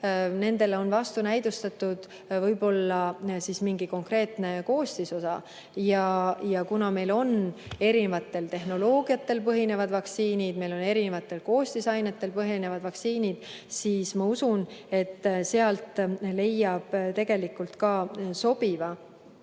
on vastunäidustatud võib-olla mingi konkreetne koostisosa. Kuna meil on erinevatel tehnoloogiatel põhinevad vaktsiinid, meil on erinevatel koostisainetel põhinevad vaktsiinid, siis ma usun, et leiab ka sobiva vaktsiini,